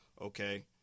okay